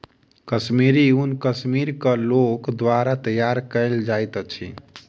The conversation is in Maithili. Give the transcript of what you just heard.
कश्मीरी ऊन कश्मीरक लोक द्वारा तैयार कयल जाइत अछि